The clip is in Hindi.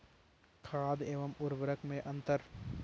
खाद एवं उर्वरक में अंतर?